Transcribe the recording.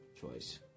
choice